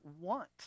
want